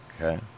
Okay